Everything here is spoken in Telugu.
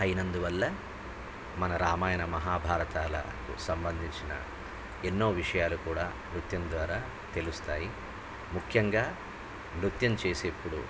అయినందువల్ల మన రామాయణ మహాభారతాలకు సంబంధించిన ఎన్నో విషయాలు కూడా నృత్యం ద్వారా తెలుస్తాయి ముఖ్యంగా నృత్యం చేసేటప్పుడు